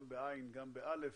גם ב-ע' וגם ב-א',